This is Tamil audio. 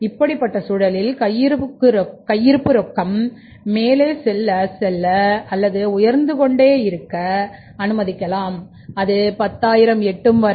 இப்படிப்பட்ட சூழலில் கையிருப்பு ரொக்கம் மேலே செல்ல அல்லது உயர்ந்து கொண்டே இருக்க அனுமதிக்கலாம் அது 10000 எட்டும் வரை